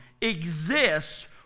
exists